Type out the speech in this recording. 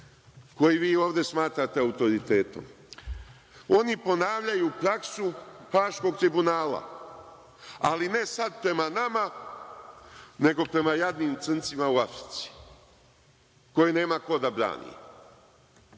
koji vi ovde smatrate autoritetom? Oni ponavljaju praksu Haškog Tribunala, ali ne sad prema nama, nego prema jadnim crncima u Africi, koje nema ko da brani. Što